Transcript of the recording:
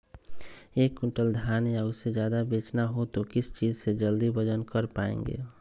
एक क्विंटल धान या उससे ज्यादा बेचना हो तो किस चीज से जल्दी वजन कर पायेंगे?